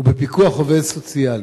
ובפיקוח עובד סוציאלי,